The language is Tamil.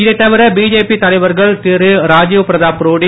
இதைத் தவிர பிஜேபி தலைவர்கள் திரு ராஜ்ஜிவ் பிரதாப் ரூடி